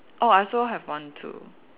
orh I also have one too